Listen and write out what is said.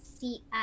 see